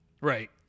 Right